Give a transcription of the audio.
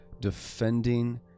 defending